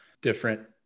different